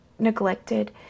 Neglected